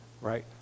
Right